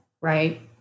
Right